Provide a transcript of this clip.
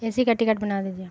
اے C کا ticket بنا دیجیے